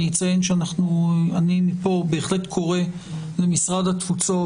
אני אציין שאני מפה בהחלט קורא למשרד התפוצות